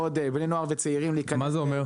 בני נוער וצעירים להיכנס -- מה זה אומר?